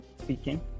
speaking